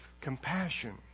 compassion